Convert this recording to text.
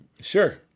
Sure